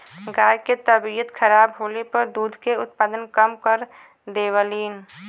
गाय के तबियत खराब होले पर दूध के उत्पादन कम कर देवलीन